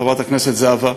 חברת הכנסת זהבה,